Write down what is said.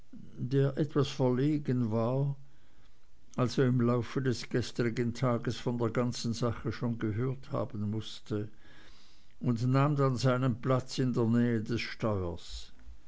der etwas verlegen war also im laufe des gestrigen tages von der ganzen sache schon gehört haben mußte und nahm dann seinen platz in der nähe des steuers